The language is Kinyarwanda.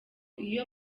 iyo